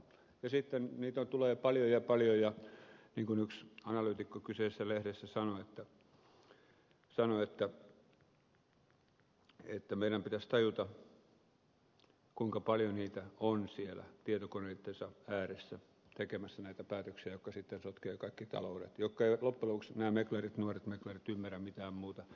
ja sitten niitä tulee paljon ja paljon ja niin kuin yksi analyytikko kyseisessä lehdessä sanoi meidän pitäisi tajuta kuinka paljon niitä on siellä tietokoneittensa ääressä tekemässä näitä päätöksiä jotka sitten sotkevat kaikki taloudet nuoria meklareita jotka eivät loppujen lopuksi ymmärrä mitään muuta